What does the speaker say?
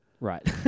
Right